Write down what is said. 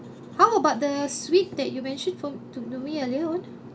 how about the suite that you mentioned for to me early on